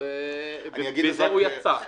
לכן הוא יצא.